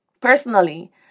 Personally